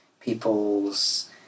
people's